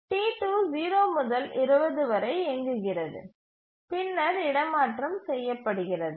T2 0 முதல் 20 வரை இயங்குகிறது பின்னர் இடமாற்றம் செய்யப்படுகிறது